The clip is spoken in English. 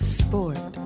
sport